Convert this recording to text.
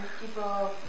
people